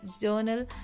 journal